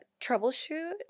troubleshoot